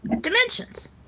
dimensions